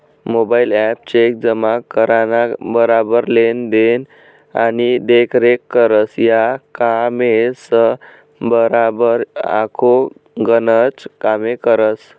mobile app check जमा कराना बराबर लेन देन आणि देखरेख करस, या कामेसबराबर आखो गनच कामे करस